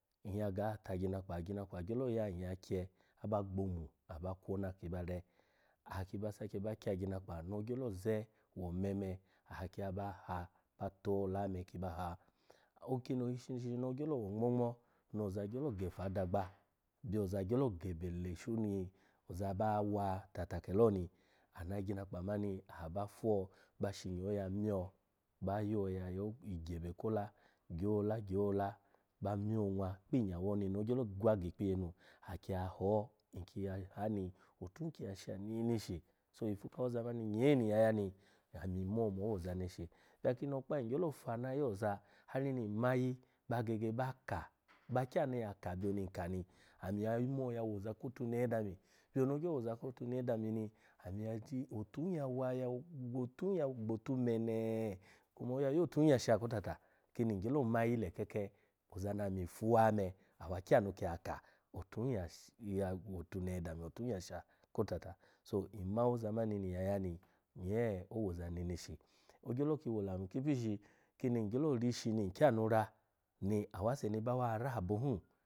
Nyya ga tagyinakpa, agyinakpa gyolo ya nyya kye aba gbomu, aba kwona ki ba re. Aha ki ba sake ki ba kya agyinakpa no agyola ze womeme aba aba kye baha aba to ola me ki ba ha. Okimo ishino wo ngmo-ngmo no oza gyo gefu adaga byo oza gyelo gebe leshu no oza bawa tata kelo ni ana agyinakpa mani aba fo ba shinyo ya pyo ba yo ya yi gebe kola gyo ola gyo ola ba fo onwa kpi inyawo ni no ogyola wa gi ikpiyenu aki ya ho nki ya ha ni otua ki ya sha neneshi, oyifu kawoza mani nyee ni nyya ya ni, ami mo owoza neshi bya akinokpa ngyelo fa ana ayi oza hari ni ma ayi ba gege ba ka ba kyanu ya ika byoni, nka ni ami ya mo ya woza kotunehe dami byon ogyo woza kotunehe dami n yati otu ya wa, otun ya gbo mene kuma oya yo otun ya sha kotata kini gyolo ma yi leke ke ozani ami afuwa me awa kyanu ki ya ka, otun ya wo ya shi, ya wo otunehe dami otun ya sha kotafa so, nma owoza mani ni nyya ya ni nyee owoza mani ni nyya ya ni nyee owoza neneshi ogyolo ki wolamu kipishi kining yolo rishi ni nkyami ra, na awase ni bawa ra abo hun.